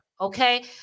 Okay